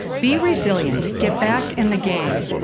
be resilient, get back in the game.